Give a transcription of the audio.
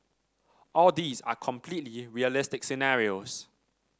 all these are completely realistic scenarios